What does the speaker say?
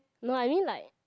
no I mean like